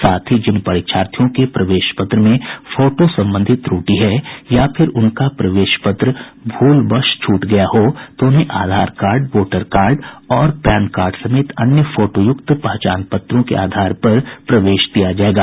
साथ ही जिन परीक्षार्थियों के प्रवेश पत्र में फोटो संबंधी त्रटि है या फिर उनका प्रवेश पत्र भूलवश छूट गया हो तो उन्हें आधार कार्ड वोटर कार्ड और पैन कार्ड समेत अन्य फोटो युक्त पहचान पत्रों के आधार पर प्रवेश दिया जायेगा